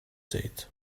said